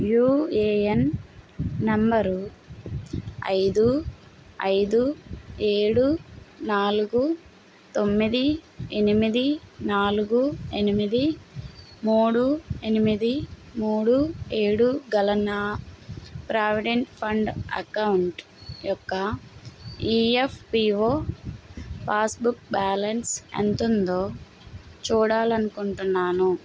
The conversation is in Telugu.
యూఏఎన్ నంబరు ఐదు ఐదు ఏడు నాలుగు తొమ్మిది ఎనిమిది నాలుగు ఎనిమిది మూడు ఎనిమిది మూడు ఏడు గల నా ప్రావిడెంట్ ఫండ్ అకౌంట్ యొక్క ఈఎఫ్పిఓ పాస్బుక్ బ్యాలన్స్ ఎంతుందో చూడాలనుకుంటున్నాను